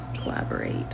collaborate